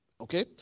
Okay